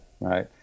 right